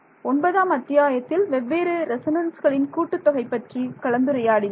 ஒன்பதாம் அத்தியாயத்தில் வெவ்வேறு ரெசோனன்ஸ்களின் கூட்டுத்தொகை பற்றி கலந்துரையாடினோம்